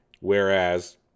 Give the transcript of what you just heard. Whereas